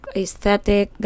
aesthetic